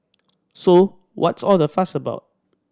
so what's all the fuss about